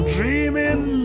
Dreaming